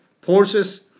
forces